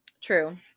True